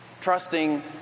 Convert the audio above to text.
trusting